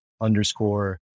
underscore